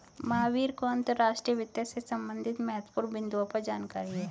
महावीर को अंतर्राष्ट्रीय वित्त से संबंधित महत्वपूर्ण बिन्दुओं पर जानकारी है